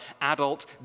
adult